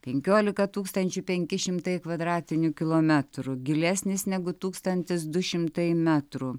penkiolika tūkstančių penki šimtai kvadratinių kilometrų gilesnis negu tūkstantis du šimtai metrų